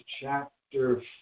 chapter